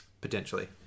Potentially